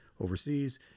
overseas